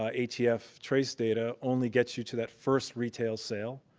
ah atf trace data only gets you to that first retail sale.